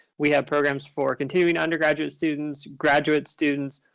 we have programs for continuing undergraduate students, graduate students,